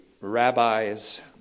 rabbi's